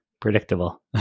Predictable